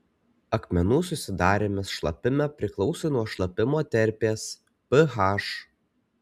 akmenų susidarymas šlapime priklauso nuo šlapimo terpės ph